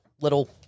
little